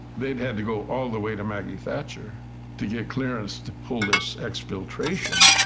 they'd had to go all the way to maggie thatcher to get clearance to pull this exfiltration.